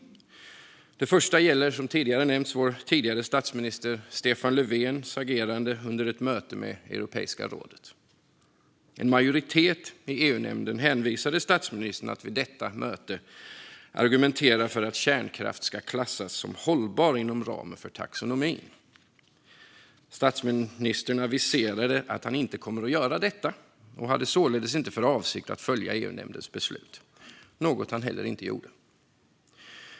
Det första gäller, som tidigare nämnts, vår tidigare statsminister Stefan Löfvens agerande under ett möte med Euroepiska rådet. En majoritet i EU-nämnden bad statsministern att vid detta möte argumentera för att kärnkraft ska klassas som hållbar inom ramen för taxonomin. Statsministern aviserade att han inte skulle göra detta och hade således inte för avsikt att följa EU-nämndens beslut, något han heller inte gjorde.